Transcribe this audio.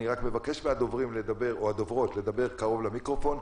אני רק מבקש מהדוברים או מהדוברות לדבר קרוב למיקרופון,